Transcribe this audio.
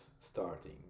starting